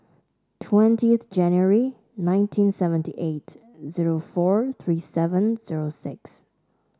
twentieth January nineteen seventy eight zero four three seven zero six